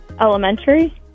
Elementary